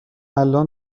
الان